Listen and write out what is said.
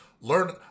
learn